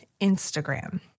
Instagram